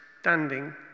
standing